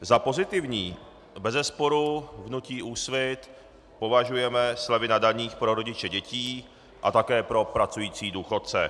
Za pozitivní bezesporu v hnutí Úsvit považujeme slevy na daních pro rodiče dětí a také pro pracující důchodce.